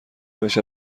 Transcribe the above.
روش